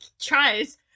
tries